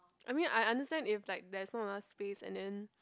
I mean I understand if like there's not enough space and then